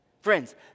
Friends